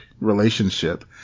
relationship